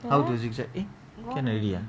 how to zigzag eh can already ah